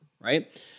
Right